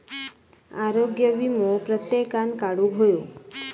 आरोग्य वीमो प्रत्येकान काढुक हवो